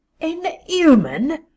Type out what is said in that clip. inhuman